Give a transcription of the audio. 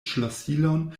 ŝlosilon